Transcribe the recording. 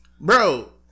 bro